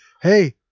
hey